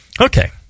Okay